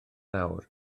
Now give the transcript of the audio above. nawr